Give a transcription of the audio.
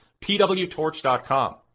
pwtorch.com